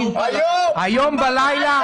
היום בלילה?